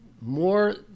more